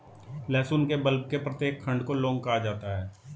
लहसुन के बल्ब के प्रत्येक खंड को लौंग कहा जाता है